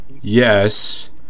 yes